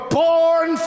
born